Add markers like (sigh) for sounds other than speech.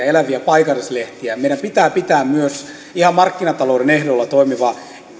(unintelligible) eläviä paikallislehtiä ja meidän pitää pitää myös ihan markkinatalouden ehdoilla toimiva